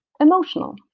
emotional